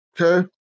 okay